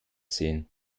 sehen